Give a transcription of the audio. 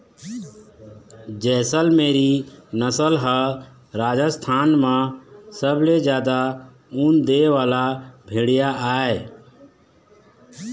जैसलमेरी नसल ह राजस्थान म सबले जादा ऊन दे वाला भेड़िया आय